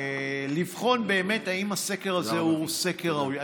ולבחון באמת אם הסקר הזה הוא סקר ראוי.